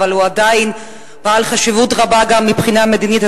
אבל הוא עדיין בעל חשיבות רבה גם מבחינה מדינית,